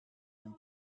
dem